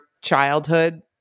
childhood